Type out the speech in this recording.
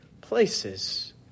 places